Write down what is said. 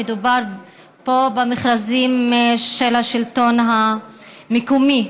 מדובר פה במכרזים של השלטון המקומי.